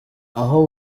aho